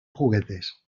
juguetes